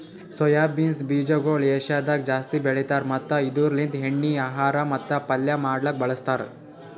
soya beans ಬೀಜಗೊಳ್ ಏಷ್ಯಾದಾಗ್ ಜಾಸ್ತಿ ಬೆಳಿತಾರ್ ಮತ್ತ ಇದುರ್ ಲಿಂತ್ ಎಣ್ಣಿ, ಆಹಾರ ಮತ್ತ ಪಲ್ಯ ಮಾಡ್ಲುಕ್ ಬಳಸ್ತಾರ್